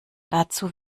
dazu